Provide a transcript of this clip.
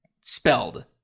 spelled